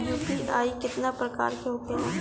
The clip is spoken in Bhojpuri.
यू.पी.आई केतना प्रकार के होला?